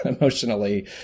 emotionally